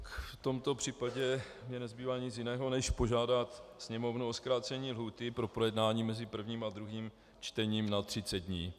V tomto případě mi nezbývá nic jiného než požádat Sněmovnu o zkrácení lhůty na projednání mezi prvním a druhým čtením na 30 dní.